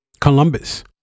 Columbus